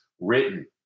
written